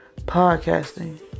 podcasting